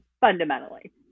Fundamentally